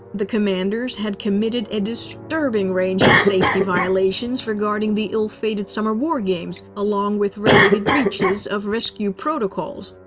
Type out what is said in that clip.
the commanders had committed a disturbing range of safety violations regarding the ill-fated summer war games, along with related breaches of rescue protocols.